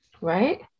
right